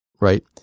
right